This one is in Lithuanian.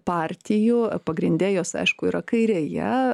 partijų pagrinde jos aišku yra kairėje